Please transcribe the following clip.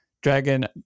Dragon